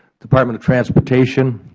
department of transportation,